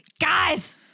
guys